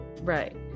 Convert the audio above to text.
right